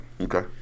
Okay